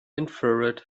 infrared